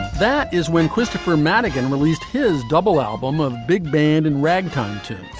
that is when christopher maddigan released his double album of big band and ragtime tunes.